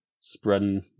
spreading